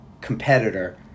competitor